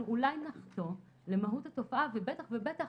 אנחנו אולי נחטא למהות התופעה ובטח ובטח